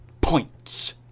points